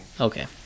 Okay